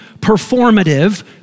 performative